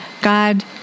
God